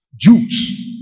Jews